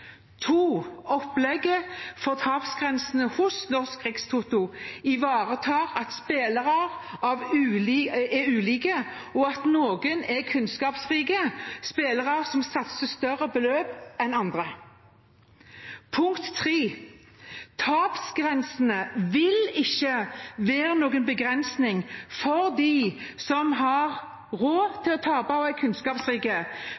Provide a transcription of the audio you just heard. Opplegget for tapsgrensene hos Norsk Rikstoto ivaretar at spillere er ulike, og at noen er kunnskapsrike spillere som satser større beløp enn andre. Tapsgrensene vil ikke være noen begrensning for dem som har råd